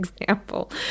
example